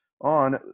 on